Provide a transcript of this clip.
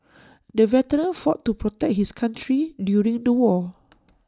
the veteran fought to protect his country during the war